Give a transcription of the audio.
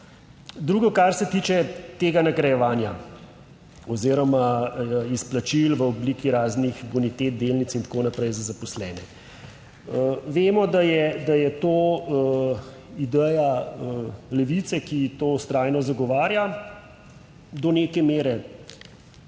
Drugo, kar se tiče tega nagrajevanja oziroma izplačil v obliki raznih bonitet delnic in tako naprej za zaposlene. Vemo, da je, da je to ideja Levice, ki to vztrajno zagovarja, do neke mere,